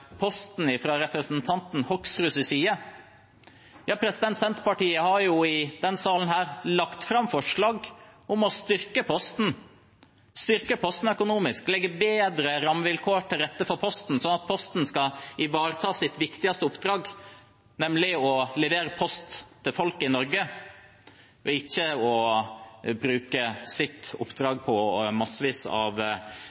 Posten fra representanten Hoksruds side, har Senterpartiet i denne salen lagt fram forslag om å styrke Posten økonomisk – legge bedre rammevilkår for Posten, slik at Posten skal kunne ivareta sitt viktigste oppdrag, nemlig å levere post til folk i Norge, ikke bruke sitt